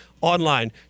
online